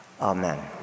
Amen